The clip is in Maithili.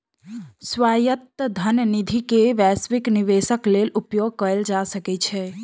स्वायत्त धन निधि के वैश्विक निवेशक लेल उपयोग कयल जा सकै छै